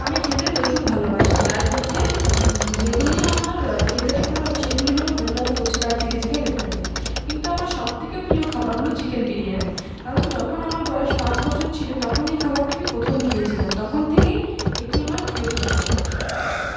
আমি খেতে প্রচুর ভালোবাসি তার মধ্যে যেগুলি আমার খেতে লাগে সেগুলি হল মোমো ফুচকা চিলি চিকেন ইত্যাদি কিন্তু আমার সবথেকে প্রিয় খাবার হল চিকেন বিরিয়ানি কারণ যখন আমার বয়স পাঁচ বছর ছিল তখন এই খাবারটি আমি প্রথম খেয়েছিলাম তখন থেকেই এটি আমার প্রিয় খাবার